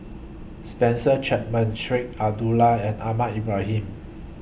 Spencer Chapman Sheik Alau'ddin and Ahmad Ibrahim